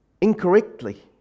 incorrectly